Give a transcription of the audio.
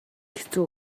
хэцүү